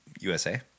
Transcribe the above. USA